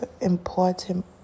important